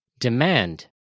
Demand